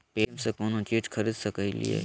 Paytm से कौनो चीज खरीद सकी लिय?